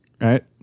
right